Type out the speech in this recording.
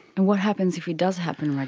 and what happens if it does happen like